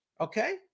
Okay